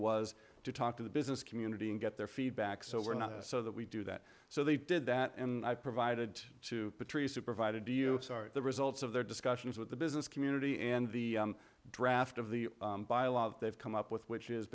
was to talk to the business community and get their feedback so we're not so that we do that so they did that and i provided to patrice who provided to you the results of their discussions with the business community and the draft of the they've come up with which is